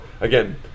again